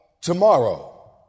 tomorrow